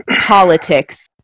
politics